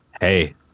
hey